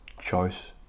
choice